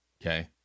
Okay